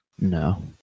No